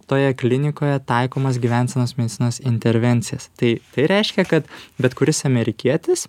toje klinikoje taikomas gyvensenos medicinos intervencijas tai tai reiškia kad bet kuris amerikietis